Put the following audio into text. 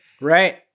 right